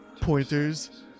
Pointers